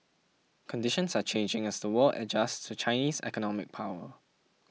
conditions are changing as the world adjusts to Chinese economic power